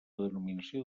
denominació